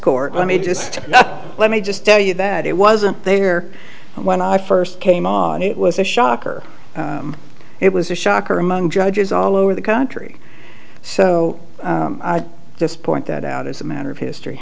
court let me just let me just tell you that it wasn't there when i first came on it was a shocker it was a shocker among judges all over the country so at this point that out is a matter of history